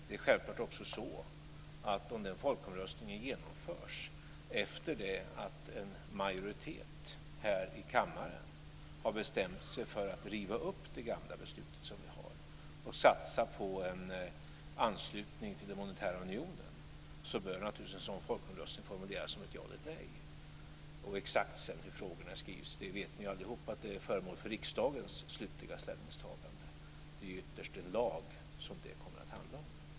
Det är självklart också så att om den folkomröstningen genomförs efter det att en majoritet här i kammaren har bestämt sig för att riva upp det gamla beslutet som vi har och satsa på en anslutning till den monetära unionen, så bör naturligtvis alternativen i en sådan folkomröstning formuleras med ett ja och ett nej. Exakt hur frågorna sedan skrivs vet ni ju allihop att det blir föremål för riksdagens slutliga ställningstagande. Det är ju ytterst en lag som det kommer att handla om.